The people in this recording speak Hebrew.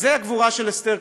אז זו הגבורה של אסתר,